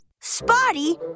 Spotty